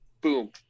boom